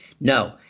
No